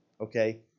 Okay